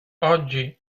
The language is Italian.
oggi